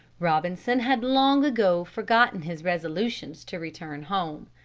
robinson had long ago forgotten his resolutions to return home.